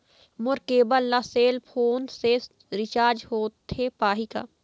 मोर cable ला cell phone से recharge होथे पाही का?